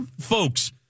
folks